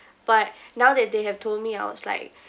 but now that they have told me I was like